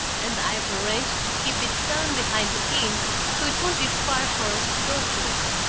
and i've arranged to keep it down behind the inn so it won't be far for us to go to it.